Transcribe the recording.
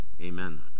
Amen